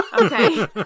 okay